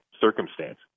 circumstance